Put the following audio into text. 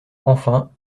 enfin